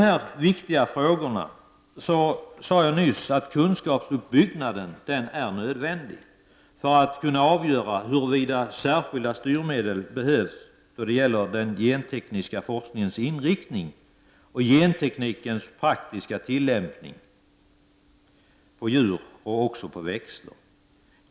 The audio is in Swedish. Jag sade nyss att kunskapsuppbyggnad är nödvändig för att kunna avgöra huruvida särskilda styrmedel behövs för den gentekniska forskningens inriktning och genteknikens praktiska tillämpning på djur och växter.